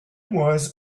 was